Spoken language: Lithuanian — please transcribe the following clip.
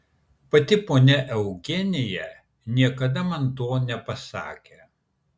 pati ponia eugenija niekada man to nepasakė